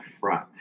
front